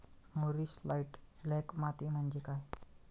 मूरिश light black माती म्हणजे काय?